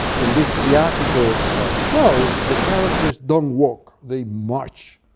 in these theatrical shows the characters don't walk, they march.